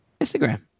Instagram